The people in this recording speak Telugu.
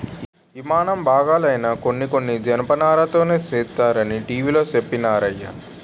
యిమానం బాగాలైనా కొన్ని కొన్ని జనపనారతోనే సేస్తరనీ టీ.వి లో చెప్పినారయ్య